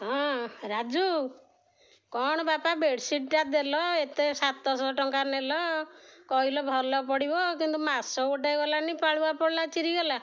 ହଁ ରାଜୁ କ'ଣ ବାପା ବେଡ଼ସିଟ୍ଟା ଦେଲ ଏତେ ସାତଶହ ଟଙ୍କା ନେଲ କହିଲ ଭଲ ପଡ଼ିବ କିନ୍ତୁ ମାସ ଗୋଟେ ଗଲାନି ପାଳୁଅ ପଡ଼ିଲା ଚିରିଗଲା